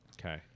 Okay